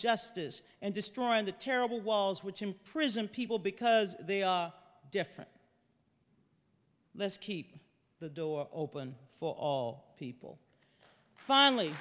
justice and destroying the terrible walls which imprison people because they are different let's keep the door open for all people f